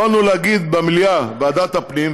יכולנו להגיד במליאה: ועדת הפנים,